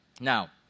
Now